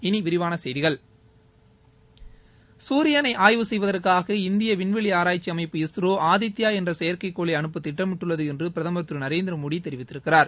இனி விரிவான செய்திகள் சூரியனை ஆய்வு செய்வதற்காக இந்திய விண்வெளி ஆராய்ச்சி அமைப்பு இஸ்ரோ ஆதித்யா என்ற செயற்கைக்கோளை அனுப்ப திட்டமிட்டுள்ளது என்று பிரதமர் திரு நரேந்திர மோடி தெரிவித்திருக்கிறார்